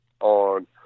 on